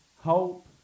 hope